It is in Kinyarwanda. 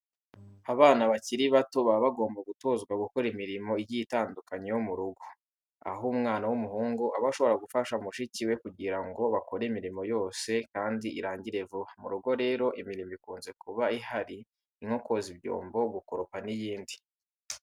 Abana bakiri bato baba bagomba gutozwa gukora imirimo igiye itandukanye yo mu rugo. Aho umwana w'umuhungu aba ashobora gufasha mushiki we kugira ngo bakore imirimo yose kandi irangire vuba. Mu rugo rero imirimo ikunze kuba ihari ni nko koza ibyombo, gukoropa n'iyindi.